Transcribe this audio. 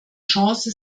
chance